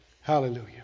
Hallelujah